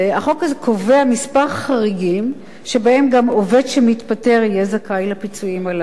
החוק הזה קובע כמה חריגים שבהם גם עובד שמתפטר יהיה זכאי לפיצויים הללו.